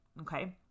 Okay